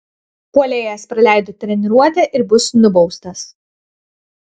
puolėjas praleido treniruotę ir bus nubaustas